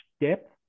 depth